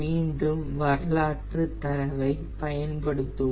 மீண்டும் வரலாற்று தரவை பயன்படுத்துவோம்